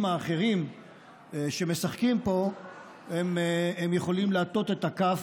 האחרים שמשחקים פה יכולים להטות את הכף,